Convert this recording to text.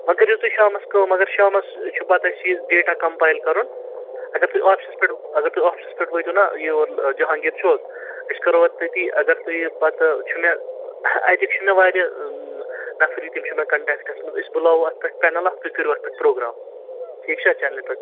وۄنۍ کٔرِو تُہۍ شامَس کٲم اگر شامَس چھُ پَتہٕ اَسہِ یہِ ڈیٹا کَمپایِل کَرُن اگر تُہۍ آفِسَس پٮ۪ٹھ اگر تُہۍ آفِسَس پٮ۪ٹھ وٲتِو نا یور جہانگیٖر چوک أسۍ کَرو اَتھ تٔتی اگر تُہۍ یہِ پَتہٕ چھُو مےٚ اَتِکۍ چھِ مےٚ واریاہ نَفری تہِ چھِ مےٚ کَنٹیکٹس منٛز أسۍ بُلاوو اَ پٮ۪ٹھ پٮ۪نَل اَکھ تُہۍ کٔرِو اَتھ پٮ۪ٹھ پرٛوگرام ٹھیٖک چھا چیٚنلہِ پٮ۪ٹھ